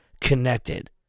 connected